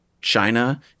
China